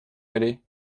allez